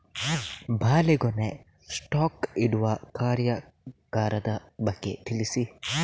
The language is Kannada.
ಬಾಳೆಗೊನೆ ಸ್ಟಾಕ್ ಇಡುವ ಕಾರ್ಯಗಾರದ ಬಗ್ಗೆ ತಿಳಿಸಿ